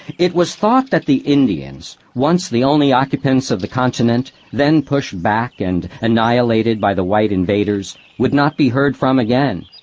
it was thought that the indians, once the only occupants of the continent, then pushed back and annihilated by the white invaders, would not be heard from again.